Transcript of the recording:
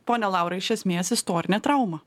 pone laurai iš esmės istorinė trauma